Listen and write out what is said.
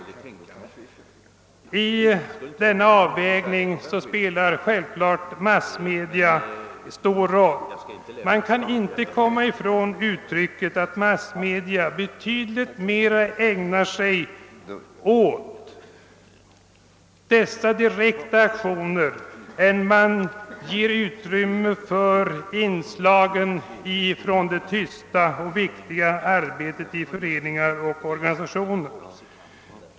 Vid denna avvägning spelar självfallet massmedia en stor roll. Man kan inte förneka att massmedia betydligt mera ägnar sig åt dessa direkta aktioner än åt det tysta och viktiga arbetet i föreningar och organisationer.